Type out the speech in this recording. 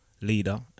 leader